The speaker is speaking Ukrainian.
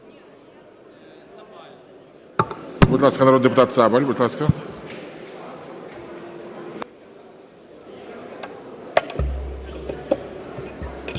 Дякую.